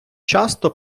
часто